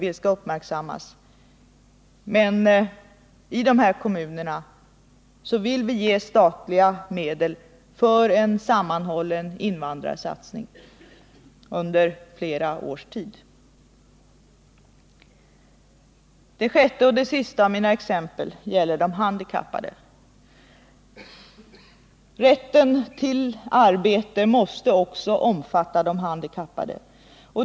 I dessa kommuner vill vi använda statliga medel till en sammanhållen invandrarsatsning under flera år. 6. Rätten till arbete måste innefatta också de handikappade.